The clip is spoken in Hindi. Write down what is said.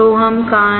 तो हम कहाँ हैं